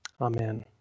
Amen